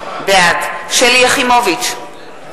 בעד שלי יחימוביץ,